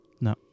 No